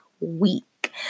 week